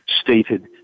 stated